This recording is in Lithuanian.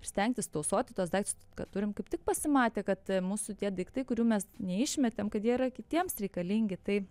ir stengtis tausoti tuos daiktus kad turim kaip tik pasimatė kad mūsų tie daiktai kurių mes neišmetėm kad jie yra kitiems reikalingi tai